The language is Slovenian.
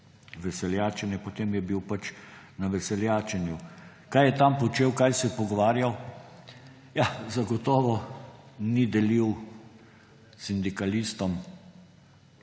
veseljačenja, potem je bil pač na veseljačenju. Kaj je tam počel, kaj se je pogovarjal? Ja, zagotovo ni delil sindikalistom